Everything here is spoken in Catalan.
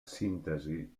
síntesi